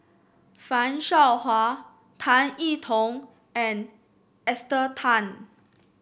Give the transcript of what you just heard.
Fan Shao Hua Tan E Tong and Esther Tan